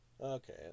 okay